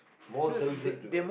most services to go